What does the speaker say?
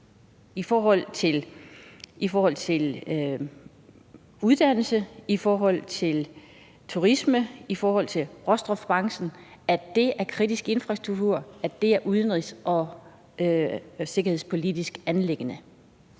i forhold til uddannelse, i forhold til turisme, i forhold til råstofbranchen er kritisk infrastruktur, at det er et udenrigs- og sikkerhedspolitisk anliggende?